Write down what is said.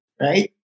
right